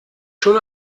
schon